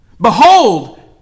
behold